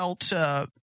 felt